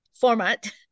format